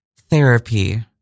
Therapy